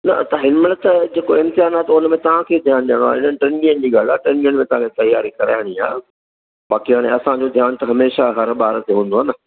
न त हिन महिल त जेको इम्तिहान आहे त उन में तव्हां खे ध्यानु ॾियणो आहे इन टिनि ॾींहंनि जी ॻाल्हि आहे टिनि ॾींहंनि में तव्हां खे तयारी कराइणी आहे बाक़ी हाणे असांजो ध्यान त हमेशह हर ॿार ते हूंदो आहे न